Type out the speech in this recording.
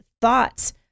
thoughts